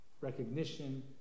recognition